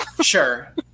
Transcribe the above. Sure